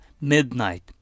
midnight